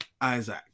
Isaac